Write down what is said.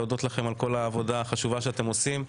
על כל העבודה החשובה שאתם עושים.